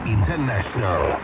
International